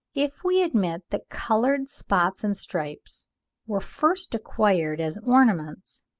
if we admit that coloured spots and stripes were first acquired as ornaments,